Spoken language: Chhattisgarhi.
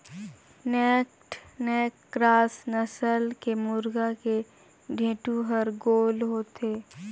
नैक्ड नैक क्रास नसल के मुरगा के ढेंटू हर गोल होथे